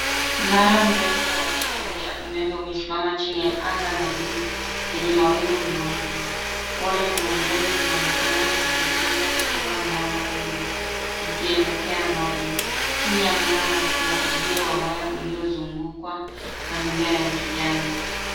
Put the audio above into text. Mnara mrefu wa kusafirisha umeme umesimama chini ya anga la buluu lenye mawingu meupe. Waya za umeme zinaonekana zikipita kutoka mnara huo, zikielekea mbali. Chini ya mnara, kuna uzio wa waya uliozungukwa na mimea ya kijani.